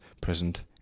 present